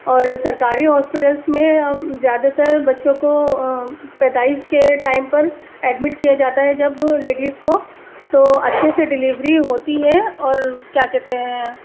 اور سرکاری ہاسپٹلس میں زیادہ تر بچوں کو پیدائش کے ٹائم پر ایڈمٹ کیا جاتا ہے جب لیڈیس کو تو اچھے سے ڈیلیوری ہوتی ہے اور کیا کہتے ہیں